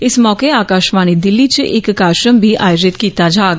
इस मौके आकाशवाणी दिल्ली च इक कार्जेक्रम बी आयोजित कीता जाग